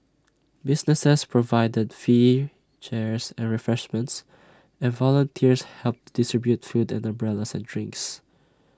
businesses provided fear chairs and refreshments and volunteers helped to distribute food umbrellas and drinks